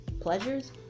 pleasures